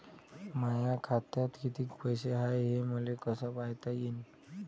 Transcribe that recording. माया खात्यात कितीक पैसे हाय, हे मले कस पायता येईन?